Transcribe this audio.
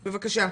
בבקשה.